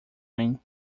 win